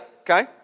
okay